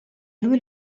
lui